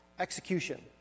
Execution